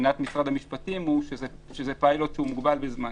מבחינת משרד המשפטים זה שהפיילוט מוגבל בזמן